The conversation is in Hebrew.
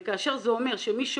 וכאשר זה אומר שמי שעולה,